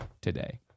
today